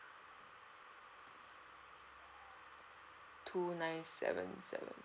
two nine seven seven